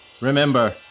Remember